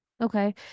okay